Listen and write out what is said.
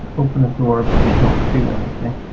open a door but they don't do anything